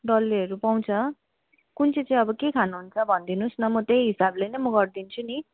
डल्लेहरू पाउँछ कुन चाहिँ चाहिँ अब के खानुहुन्छ भनिदिनु होस् न म त्यही हिसाबले नै म गरिदिन्छु नि